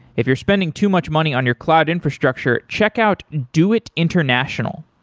if you're spending too much money on your cloud infrastructure, check out doit international.